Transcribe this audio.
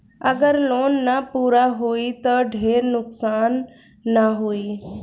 अगर लोन ना पूरा होई त ढेर नुकसान ना होई